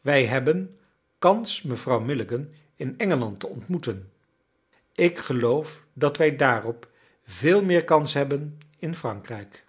wij hebben kans mevrouw milligan in engeland te ontmoeten ik geloof dat wij daarop veel meer kans hebben in frankrijk